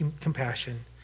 compassion